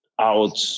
out